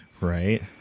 Right